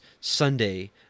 Sunday